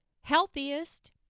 healthiest